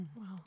Wow